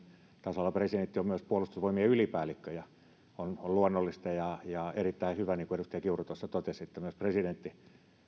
tasavallan presidentti on myös puolustusvoimien ylipäällikkö ja on luonnollista ja ja erittäin hyvä niin kuin edustaja kiuru tuossa totesi että myös presidentti